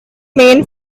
main